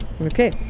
Okay